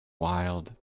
wild